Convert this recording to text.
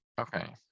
Okay